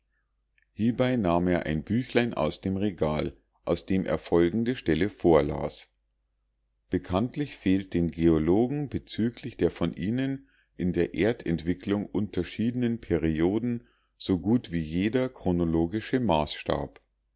hiebei nahm er ein büchlein aus dem regal aus dem er folgende stelle vorlas bekanntlich fehlt den geologen bezüglich der von ihnen in der erdentwicklung unterschiedenen perioden so gut wie jeder chronologische maßstab